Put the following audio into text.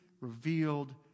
revealed